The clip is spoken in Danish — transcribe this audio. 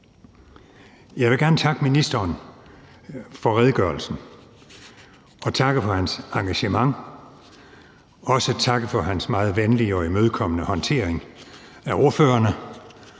Jeg vil gerne takke ministeren for redegørelsen og takke for hans engagement og også takke for hans meget venlige og imødekommende håndtering af ordførerne.